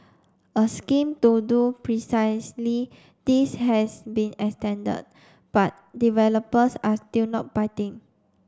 a scheme to do precisely this has been extended but developers are still not biting